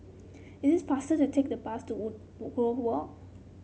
it is faster to take the bus to Wood Woodgrove Walk